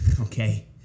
okay